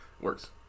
Works